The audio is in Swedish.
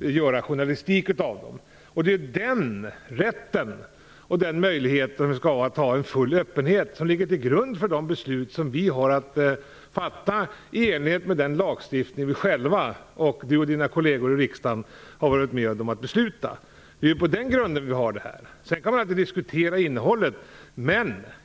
göra journalistik av dem. Det är den rätten och den möjligheten vi skall ha, att ha en full öppenhet, som ligger till grund för de beslut som vi har att fatta i enlighet med den lagstiftning som vi själva - bl.a. Rose-Marie Frebran och hennes kolleger i riksdagen - har varit med om att besluta. Det är ju på den grunden vi har det här. Sedan kan man alltid diskutera innehållet.